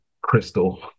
crystal